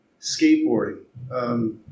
skateboarding